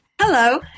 Hello